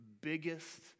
biggest